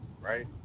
right